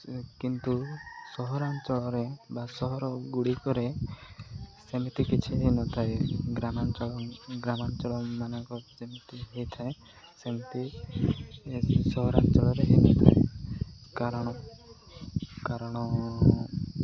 କିନ୍ତୁ ସହରାଞ୍ଚଳରେ ବା ସହର ଗୁଡ଼ିକରେ ସେମିତି କିଛି ହେଇନଥାଏ ଗ୍ରାମାଞ୍ଚଳ ଗ୍ରାମାଞ୍ଚଳ ମାନଙ୍କ ଯେମିତି ହେଇଥାଏ ସେମିତି ସହରାଞ୍ଚଳରେ ହେଇନଥାଏ କାରଣ କାରଣ